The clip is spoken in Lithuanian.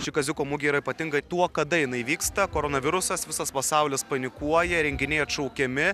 ši kaziuko mugė yra ypatinga tuo kada jinai vyksta koronavirusas visas pasaulis panikuoja renginiai atšaukiami